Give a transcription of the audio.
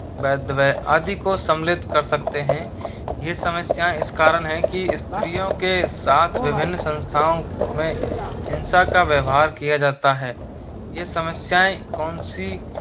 बैद्वे आदि को सम्मिलित कर सकते हैं ये समस्याएँ इस कारण हैं कि इस्त्रियों के साथ विभिन्न संस्थाओं में हिंसा का व्यवहार किया जाता है ये समस्याएँ कौनसी